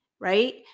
right